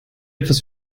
etwas